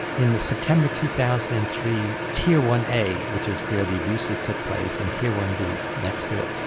in september two thousand and three tier one a, which is where the abuses took place and tier one b next to it,